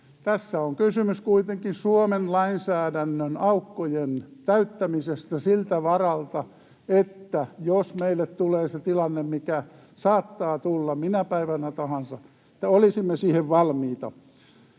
kysymys kuitenkin Suomen lainsäädännön aukkojen täyttämisestä siltä varalta, että jos meille tulee se tilanne, mikä saattaa tulla minä päivänä tahansa, olisimme siihen valmiita.